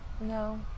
No